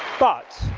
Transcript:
but